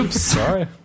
sorry